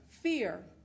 fear